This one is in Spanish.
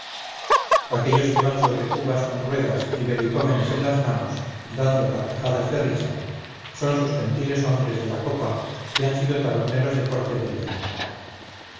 aquellos que van sobre cubas con ruedas y velicómenes en las manos dando carcajadas de risa son sus gentiles hombres de la copa que han sido taberneros de corte primero